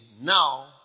now